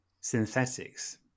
synthetics